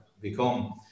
become